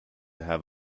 have